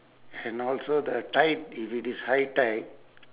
and also the tide if it is high tide